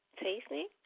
tasting